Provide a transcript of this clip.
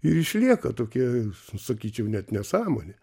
ir išlieka tokie sa sakyčiau net nesąmonė